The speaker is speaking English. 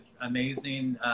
amazing